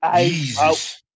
Jesus